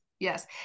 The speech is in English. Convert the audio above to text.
Yes